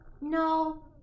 No